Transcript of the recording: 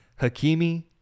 Hakimi